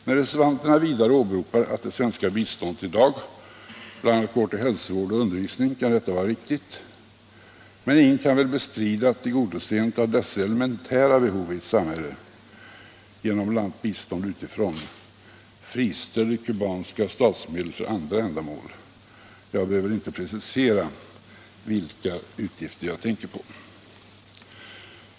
När reservanterna vidare åberopar att det svenska biståndet i dag bl.a. går till hälsovård och undervisning kan detta vara riktigt, men ingen kan väl bestrida att tillgodoseendet av dessa elementära behov i ett samhälle genom t.ex. bistånd utifrån friställer kubanska statsmedel för andra ändamål. Jag behöver inte precisera vilka utgifter jag tänker på.